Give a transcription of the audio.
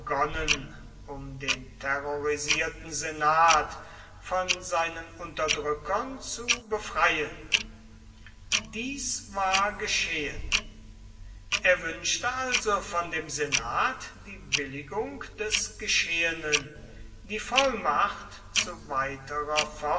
begonnen um den terrorisierten senat von seinen unterdrückern zu befreien dies war geschehen er wünschte also von dem senat die billigung des geschehenen die vollmacht zu weiterer